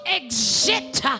exit